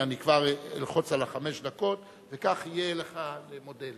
אני כבר לוחץ על חמש הדקות, וכך יהיה לך מודד.